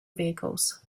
vehicles